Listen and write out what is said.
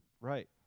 Right